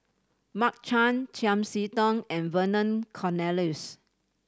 Mark Chan Chiam See Tong and Vernon Cornelius